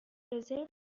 رزرو